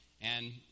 And